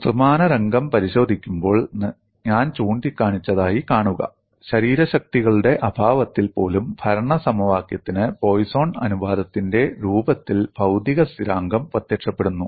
ത്രിമാന രംഗം പരിശോധിക്കുമ്പോൾ ഞാൻ ചൂണ്ടിക്കാണിച്ചതായി കാണുക ശരീരശക്തികളുടെ അഭാവത്തിൽ പോലും ഭരണ സമവാക്യത്തിന് പോയ്സോൺ അനുപാതത്തിന്റെ രൂപത്തിൽ ഭൌതിക സ്ഥിരാങ്കം പ്രത്യക്ഷപ്പെടുന്നു